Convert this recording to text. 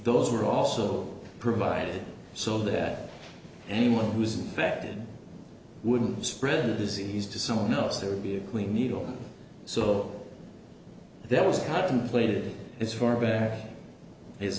those were also provided so that anyone who's affected wouldn't spread the disease to someone else that would be a clean needle so that was contemplated as far back as